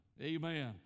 Amen